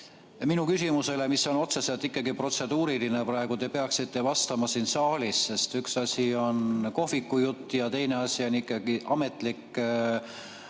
minu küsimusele, mis on otseselt ikkagi protseduuriline, te peaksite vastama siin saalis, sest üks asi on kohvikujutt ja teine asi on ikkagi ametlik